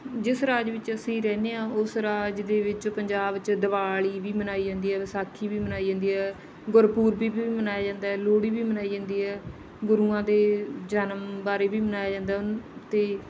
ਜਿਸ ਰਾਜ ਵਿੱਚ ਅਸੀਂ ਰਹਿੰਦੇ ਹਾਂ ਉਸ ਰਾਜ ਦੇ ਵਿੱਚ ਪੰਜਾਬ 'ਚ ਦੀਵਾਲੀ ਵੀ ਮਨਾਈ ਜਾਂਦੀ ਹੈ ਵਿਸਾਖੀ ਵੀ ਮਨਾਈ ਜਾਂਦੀ ਹੈ ਗੁਰਪੂਰਬ ਵੀ ਮਨਾਇਆ ਜਾਂਦਾ ਲੋਹੜੀ ਵੀ ਮਨਾਈ ਜਾਂਦੀ ਹੈ ਗੁਰੂਆਂ ਦੇ ਜਨਮ ਬਾਰੇ ਵੀ ਮਨਾਇਆ ਜਾਂਦਾ ਉਹਨਾਂ 'ਤੇ